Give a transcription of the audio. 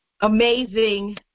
Amazing